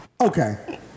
Okay